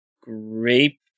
grape